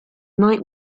night